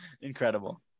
incredible